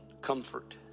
comfort